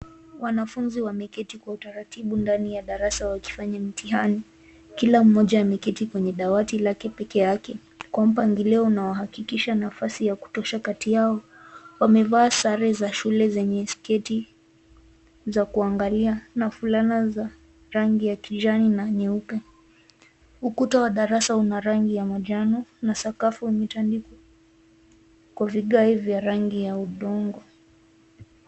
Wanafunzi wameketi kwa utaratibu ndani ya darasa wakifanya mtihani. kila mmoja ameketi kwenye dawati lake peke yake, kwa mpangilio unaohakikisha nafasi ya kutosha kati yao. wamevaa sare za shule zenye sketi za kuangalia na fulana za rangi ya kijani na nyeupe. Ukuta wa darasa una rangi ya manjano na sakafu umetandikwa kwa vigae vya rangi ya udongo.